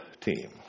Team